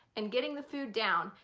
and getting the food down,